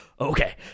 okay